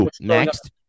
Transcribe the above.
next